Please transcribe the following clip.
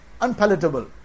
unpalatable